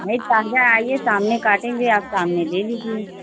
नहीं ताज़ा आइए सामने काटेंगे आप सामने ले लीजिये